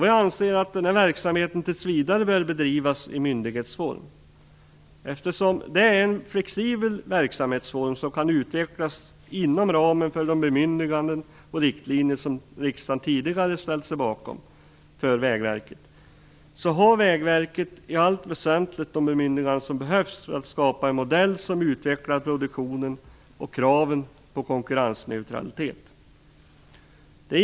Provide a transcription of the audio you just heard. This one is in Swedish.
Vi anser att verksamheten tills vidare bör bedrivas i myndighetsform, eftersom det är en flexibel verksamhetsform som kan utvecklas inom ramen för de bemyndiganden och riktlinjer som riksdagen tidigare har ställt sig bakom. Vägverket har i allt väsentligt de bemyndiganden som behövs för att skapa en modell som utvecklar produktionen och kraven på konkurrensneutralitet.